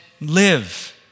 live